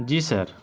جی سر